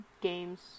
games